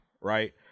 right